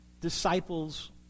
disciples